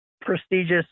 prestigious